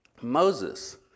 Moses